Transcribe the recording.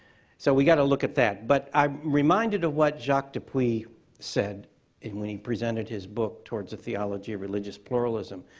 so we gotta look at that. but i'm reminder of what jacques dupuis said when he presented his book, towards a theology of religious pluralism,